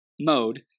mode